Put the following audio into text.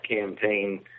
campaign